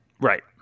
Right